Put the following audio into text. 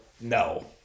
No